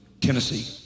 tennessee